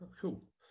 Cool